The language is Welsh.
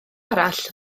arall